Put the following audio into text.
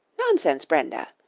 nonsense, brenda,